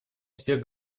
всех